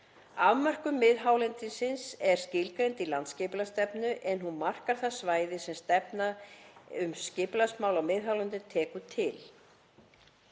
Afmörkun miðhálendis er skilgreind í landsskipulagsstefnu en hún markar það svæði sem stefna um skipulagsmál á miðhálendinu tekur til.